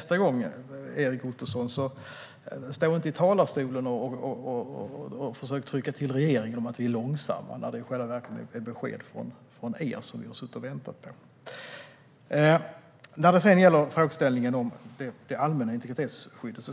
Så, Erik Ottoson, stå inte i talarstolen nästa gång och försök trycka till regeringen för att vi är långsamma, när det i själva verket är besked från er vi har väntat på. När det sedan gäller frågeställningen om det allmänna integritetsskyddet